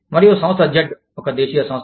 మరియు సంస్థ z ఒక దేశీయ సంస్థ